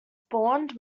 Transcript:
spawned